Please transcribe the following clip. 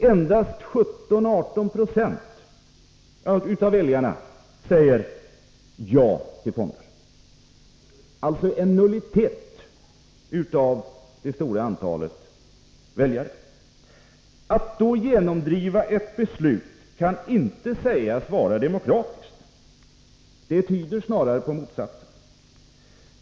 Endast 17-18 90 av väljarna säger ja till fonderna, alltså en ringa minoritet av det stora antalet väljare. Att då genomdriva ett beslut kan inte sägas vara demokratiskt. Det tyder snarare på det motsatta.